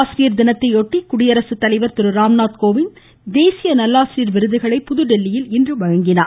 ஆசிரியர் தினத்தையொட்டி குடியரசு தலைவர் திரு ராம்நாத் கோவிந்த் தேசிய நல்லாசிரியர் விருதுகளை புதுதில்லியில் இன்று வழங்கினார்